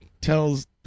tells